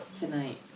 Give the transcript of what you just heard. tonight